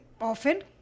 often